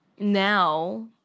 Now